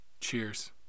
cheers